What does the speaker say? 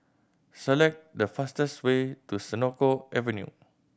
select the fastest way to Senoko Avenue